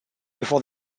before